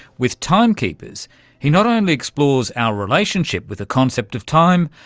with timekeepers he not only explores our relationship with the concept of time,